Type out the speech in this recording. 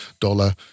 dollar